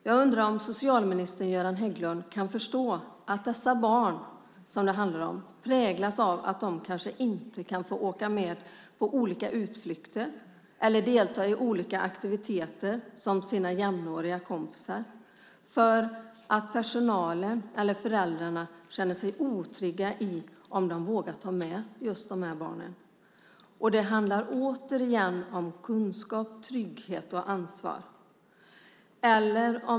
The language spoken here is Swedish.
Jag undrar om socialminister Göran Hägglund kan förstå att dessa barn som det handlar om präglas av att de kan kanske inte kan få åka med på olika utflykter eller delta i olika aktiviteter som sina jämnåriga kompisar för att personalen eller föräldrarna känner sig otrygga i fråga om de vågar låta just dessa barn följa med. Det handlar återigen om kunskap, trygghet och ansvar.